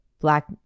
Black